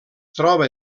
troba